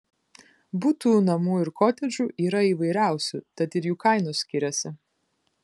butų namų ir kotedžų yra įvairiausių tad ir jų kainos skiriasi